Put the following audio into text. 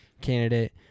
candidate